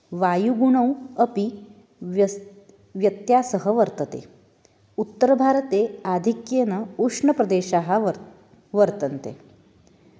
वायुगुणे अपि व्यस् व्यत्यासः वर्तते उत्तरभारते आधिक्येन उष्णप्रदेशाः वर् वर्तन्ते